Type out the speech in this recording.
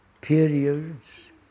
periods